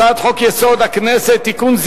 הצעת חוק-יסוד: הכנסת (תיקון,